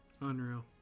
Unreal